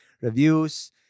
reviews